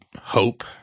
hope